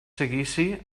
seguici